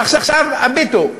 עכשיו, הביטו,